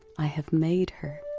i have made her.